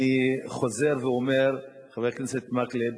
אני חוזר ואומר, חבר הכנסת מקלב,